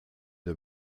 der